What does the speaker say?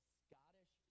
scottish